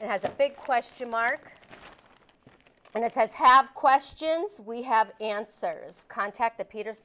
has a big question mark and it has have questions we have answers contact the peters